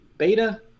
beta